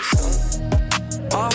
off